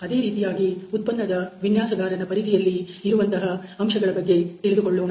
ಅದೇ ರೀತಿಯಾಗಿ ಉತ್ಪನ್ನದ ವಿನ್ಯಾಸಗಾರನ ಪರಿಧಿಯಲ್ಲಿ ಇರುವಂಥ ಅಂಶಗಳ ಬಗ್ಗೆ ತಿಳಿದುಕೊಳ್ಳೋಣ